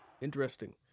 Interesting